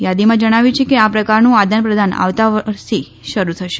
યાદીમાં જણાવ્યું છે કે આ પ્રકારનું આદાનપ્રદાન આવતા વર્ષથી શરૂ થશે